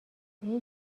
این